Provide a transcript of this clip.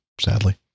sadly